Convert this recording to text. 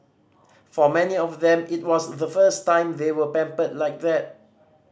for many of them it was the first time they were pampered like that